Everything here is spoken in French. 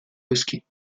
bosquets